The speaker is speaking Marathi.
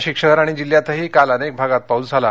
नाशिक शहर आणि जिल्ह्यातही काल अनेक भागात पाऊस झाला